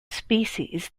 species